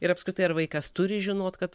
ir apskritai ar vaikas turi žinot kad